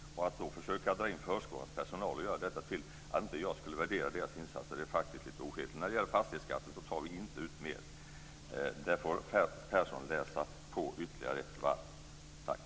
Att då försöka dra in förskolans personal och göra detta till att jag inte skulle värdera dess insatser är faktiskt lite ohederligt. När det gäller fastighetsskatten tar vi inte ut mer. Persson får läsa på ytterligare ett varv. Tack!